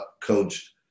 coached